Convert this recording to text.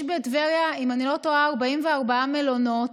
יש בטבריה, אם אני לא טועה, 44 מלונות.